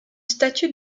statue